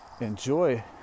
Enjoy